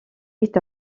est